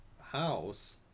house